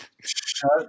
Shut